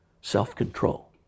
self-control